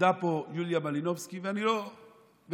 עמדה פה יוליה מלינובסקי, בכנות,